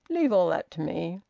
leave all that to me!